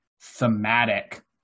thematic